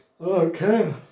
Okay